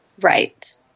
Right